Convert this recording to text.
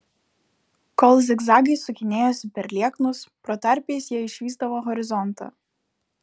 kol zigzagais sukinėjosi per lieknus protarpiais jie išvysdavo horizontą